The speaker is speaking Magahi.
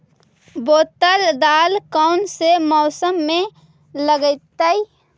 बैतल दाल कौन से मौसम में लगतैई?